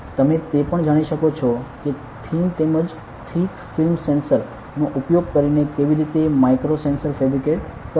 તમે તે પણ જાણી શકો છો કે થિન તેમજ થિક ફિલ્મ સેન્સર નો ઉપયોગ કરીને કેવી રીતે માઇક્રો સેન્સર ફેબ્રિકેટ કરવુ